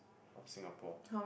of Singapore